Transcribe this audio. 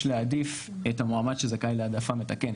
להעדיף את המועמד שזכאי להעדפה מתקנת.